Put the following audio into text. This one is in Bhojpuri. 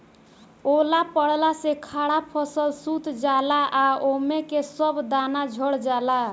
ओला पड़ला से खड़ा फसल सूत जाला आ ओमे के सब दाना झड़ जाला